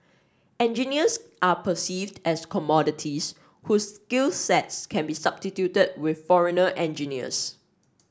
engineers are perceived as commodities whose skills sets can be substituted with foreigner engineers